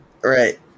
Right